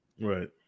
Right